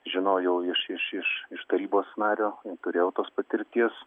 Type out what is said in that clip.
žinojau iš iš iš tarybos nario turėjau tos patirties